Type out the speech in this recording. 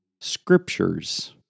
scriptures